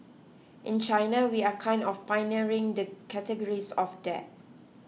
in China we are kind of pioneering the categories of that